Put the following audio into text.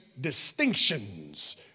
distinctions